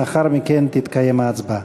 לאחר מכן תתקיים ההצבעה.